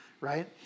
right